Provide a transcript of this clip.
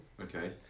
Okay